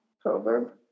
proverb